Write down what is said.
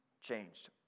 changed